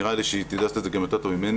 נראה לי שהיא תדע לעשות את זה גם יותר טוב ממני,